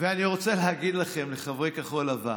ואני רוצה להגיד לכם, לחברי כחול לבן,